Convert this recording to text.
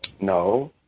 no